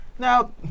Now